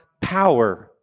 power